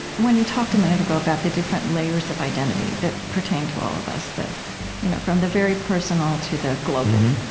when you talked a minute ago about the different layers of identity that pertain to all of us, you know from the very personal to the global,